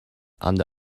under